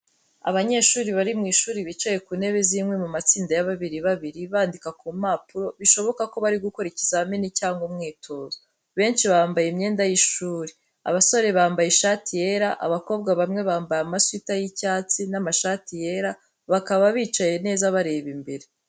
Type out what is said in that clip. Abanyeshuri bari mu ishuri bicaye ku ntebe z’inkwi mu matsinda ya babiri babiri, bandika ku mpapuro bishoboka ko bari gukora ikizamini cyangwa umwitozo. Benshi bambaye imyenda y’ishuri, abasore bambaye ishati yera, abakobwa bamwe bambaye amasuwita y’icyatsi n’amashati yera, bakaba bicaye neza bareba imbere.